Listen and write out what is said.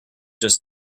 just